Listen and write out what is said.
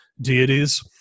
deities